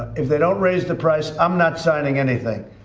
if they don't raise the price, i'm not signing anything.